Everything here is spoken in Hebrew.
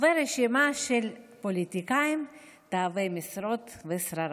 ורשימה של פוליטיקאים תאבי משרות ושררה.